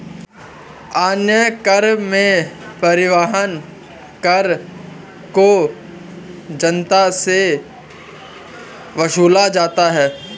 अन्य कर में परिवहन कर को जनता से वसूला जाता है